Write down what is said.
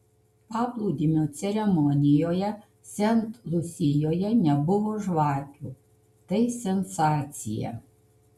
paplūdimio ceremonijoje sent lusijoje nebuvo žvakių tai sensacija